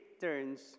turns